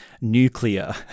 nuclear